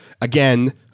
again